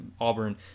Auburn